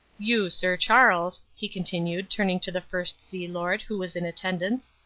you, sir charles, he continued, turning to the first sea lord, who was in attendance,